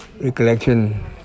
recollection